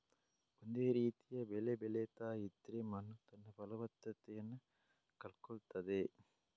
ಒಂದೇ ರೀತಿಯ ಬೆಳೆ ಬೆಳೀತಾ ಇದ್ರೆ ಮಣ್ಣು ತನ್ನ ಫಲವತ್ತತೆಯನ್ನ ಕಳ್ಕೊಳ್ತದೆ